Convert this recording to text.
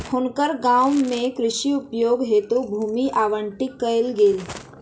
हुनकर गाम में कृषि उपयोग हेतु भूमि आवंटित कयल गेल